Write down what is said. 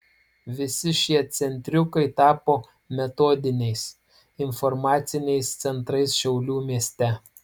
visi šie centriukai tapo metodiniais informaciniais centrais šiaulių mieste